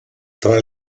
tra